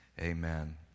Amen